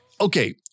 okay